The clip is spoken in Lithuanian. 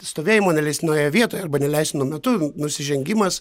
stovėjimo neleistinoje vietoje arba neleistinu metu nusižengimas